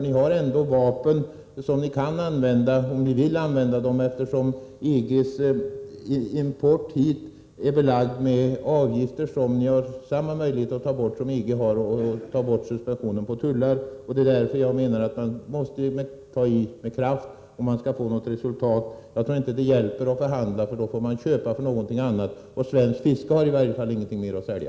Ni har ändå vapen som ni kan använda om ni vill, eftersom EG:s import hit är belagd med avgifter som ni har samma möjligheter att ta bort som EG har att ta bort suspensionen när det gäller tullar. Det är därför som jag menar att man måste ta i med kraft om man skall få något resultat. Jag tror inte att det hjälper att förhandla, för då blir det fråga om att köpa för någonting annat, och svenskt fiske har i varje fall ingenting mer att sälja.